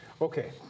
Okay